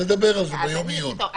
נדבר על זה ביום העיון, אבל לא עכשיו.